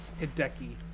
hideki